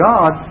God